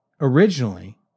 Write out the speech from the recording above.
originally